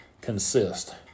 consist